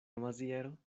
maziero